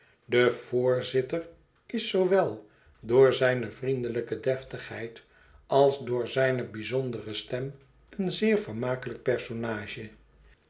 de voorzitter is zoowel door zijne vriendelijke defi tigheid als door zijne bijzondere stem een zeer vermakelijk personage